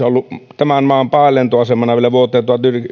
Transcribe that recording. ollut tämän maan päälentoasemana vielä vuoteen